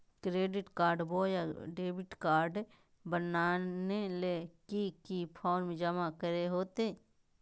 Credit card बोया debit card बनाने ले की की फॉर्म जमा करे होते?